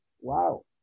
Wow